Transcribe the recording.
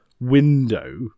window